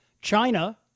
China